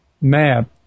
map